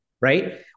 right